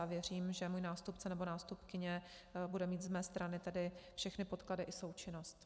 A věřím, že můj nástupce nebo nástupkyně bude mít z mé strany všechny podklady i součinnost.